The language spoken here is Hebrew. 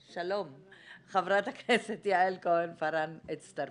חברת הכנסת יעל כהן-פארן הצטרפה.